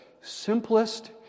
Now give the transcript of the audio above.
simplest